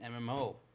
MMO